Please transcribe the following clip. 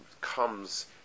comes